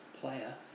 player